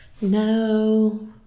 no